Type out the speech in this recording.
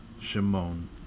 Shimon